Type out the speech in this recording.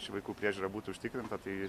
ši vaikų priežiūra būtų užtikrinta tai